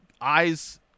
eyes